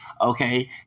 okay